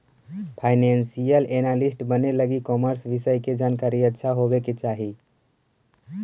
financial analyst बने लगी commerce विषय के जानकारी अच्छा होवे के चाही